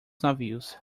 navios